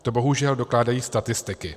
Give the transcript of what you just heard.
To bohužel dokládají statistiky.